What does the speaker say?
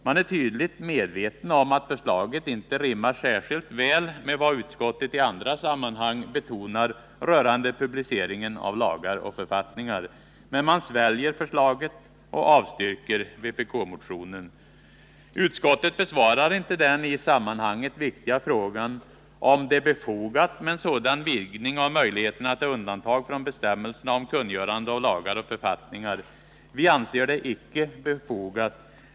Man är tydligt medveten om att förslaget inte rimmar särskilt väl med vad utskottet i andra sammanhang betonar rörande publiceringen av lagar och författningar. Men man sväljer förslaget och avstyrker vpk-motionen. Utskottet besvarar inte den i sammanhanget viktiga frågan, om det är befogat med en sådan vidgning av möjligheterna till undantag från bestämmelserna om kungörande av lagar och författningar. Vi anser det icke befogat.